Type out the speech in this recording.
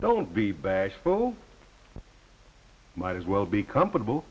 don't be bashful might as well be comfortable